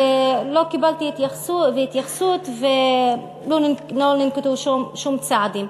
ולא קיבלתי התייחסות ולא ננקטו שום צעדים.